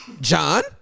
John